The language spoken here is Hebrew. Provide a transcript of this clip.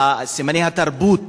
סימני התרבות